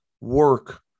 work